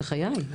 בחיי.